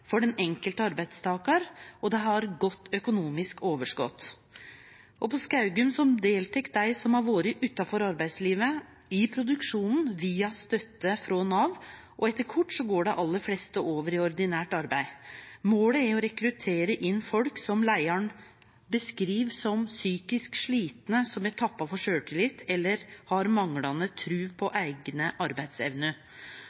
for den enkelte arbeidstakar, og dei har godt økonomisk overskot. På Skaugum deltek dei som har vore utanfor arbeidslivet, i produksjonen via støtte frå Nav, og etter kvart går dei aller fleste over i ordinært arbeid. Målet er å rekruttere inn folk som leiaren beskriv som psykisk slitne, som er tappa for sjølvtillit, eller har manglande tru på